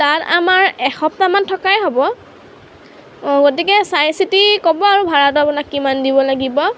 তাত আমাৰ এসপ্তাহমান থকাই হ'ব গতিকে চাই চিতি ক'ব আৰু ভাড়াটো আপোনাক কিমান দিব লাগিব